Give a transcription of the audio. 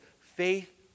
faith